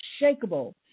unshakable